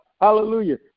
Hallelujah